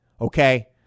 Okay